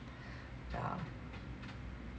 yeah